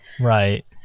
right